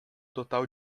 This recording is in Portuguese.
total